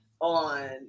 on